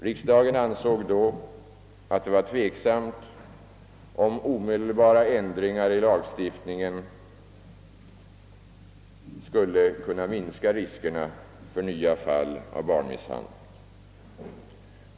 Riksdagen ansåg då att det var tveksamt om omedelbara ändringar i lagstiftningen skulle kunna minska riskerna för nya fall av barnmisshandel.